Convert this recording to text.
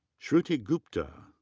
shruti gupta.